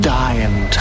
dying